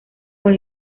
con